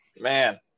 man